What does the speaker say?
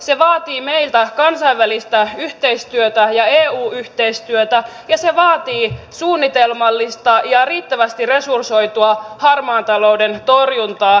se vaatii meiltä kansainvälistä yhteistyötä ja eu yhteistyötä ja se vaatii suunnitelmallista ja riittävästi resursoitua harmaan talouden torjuntaa